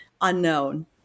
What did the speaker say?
unknown